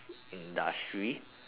industry